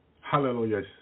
Hallelujah